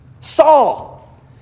Saul